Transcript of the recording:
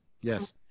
yes